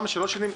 אני מבקש לשאול.